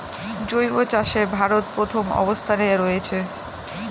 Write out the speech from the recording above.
জৈব চাষে ভারত প্রথম অবস্থানে রয়েছে